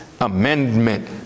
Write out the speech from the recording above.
amendment